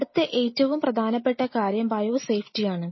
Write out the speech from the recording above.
അടുത്ത ഏറ്റവും പ്രധാനപ്പെട്ട കാര്യം ബയോ സേഫ്റ്റിയാണ്